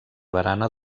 barana